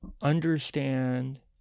Understand